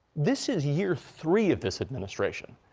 this is year three of this administration.